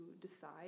decide